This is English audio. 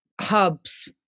hubs